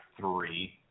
three